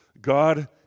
God